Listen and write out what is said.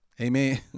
amen